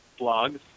blogs